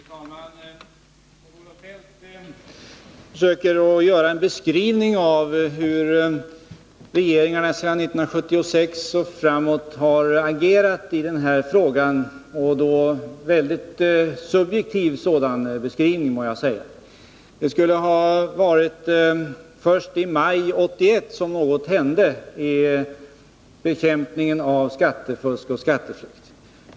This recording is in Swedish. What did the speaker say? Fru talman! Kjell-Olof Feldt försöker göra en beskrivning av hur regeringarna sedan 1976 har agerat i den här frågan, och det är en mycket subjektiv sådan beskrivning, må jag säga — det skulle ha varit först i maj 1981 som något hände i fråga om bekämpningen av skatteflykt och skattefusk.